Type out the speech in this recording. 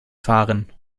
fahren